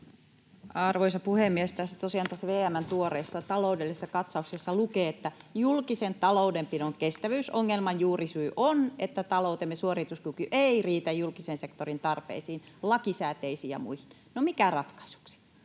Arvoisa puhemies! Tosiaan tässä VM:n tuoreessa taloudellisessa katsauksessa lukee, että julkisen taloudenpidon kestävyysongelman juurisyy on, että taloutemme suorituskyky ei riitä julkisen sektorin tarpeisiin, lakisääteisiin ja muihin. No, mikä ratkaisuksi?